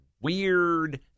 weird